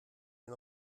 den